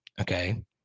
okay